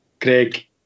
Greg